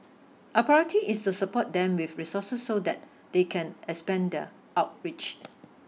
our priority is to support them with resources so that they can expand their outreach